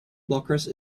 blockers